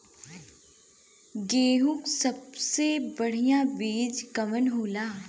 गेहूँक सबसे बढ़िया बिज कवन होला?